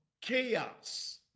chaos